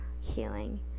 healing